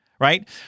right